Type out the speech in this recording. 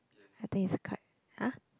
I think is cut !huh!